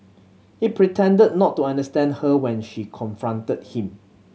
he pretended not to understand her when she confronted him